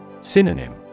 Synonym